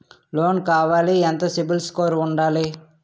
Loan కావాలి ఎంత CIBIL score ఉండాలి?